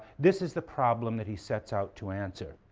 this is the problem that he sets out to answer.